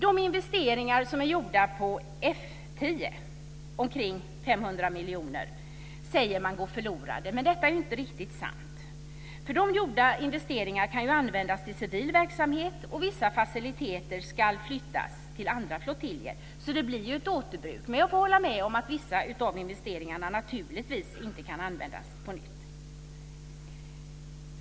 De investeringar som är gjorda på F 10, omkring 500 miljoner, går förlorade, säger moderaterna. Detta är inte riktigt sant. De gjorda investeringarna kan användas till civil verksamhet. Vissa faciliteter ska flyttas till andra flottiljer, så det blir ett återbruk. Jag får dock hålla med om att vissa av investeringarna naturligtvis inte kan användas på nytt.